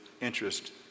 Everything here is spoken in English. interest